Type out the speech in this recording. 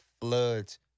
floods